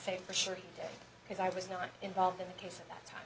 say for sure because i was not involved in the case at that